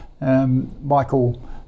Michael